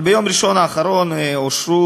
אבל ביום ראשון האחרון אושרו,